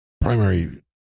primary